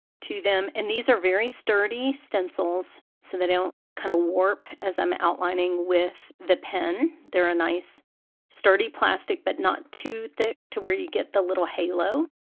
to them. and these are very sturdy stencils so they don't kind of warp as i'm outlining with the pen, they're a nice sturdy plastic plastic but not too thick to where you get the little halo